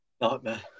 nightmare